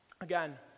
Again